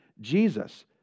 Jesus